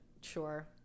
Sure